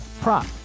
prop